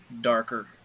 darker